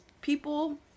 people